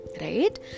right